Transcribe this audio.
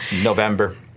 November